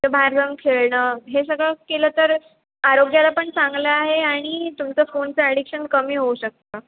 परत बाहेर जाऊन खेळणं हे सगळं केलं तर आरोग्याला पण चांगलं आहे आणि तुमचं फोनचं ॲडिक्शन कमी होऊ शकतं